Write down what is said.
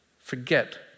forget